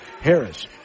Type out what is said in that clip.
Harris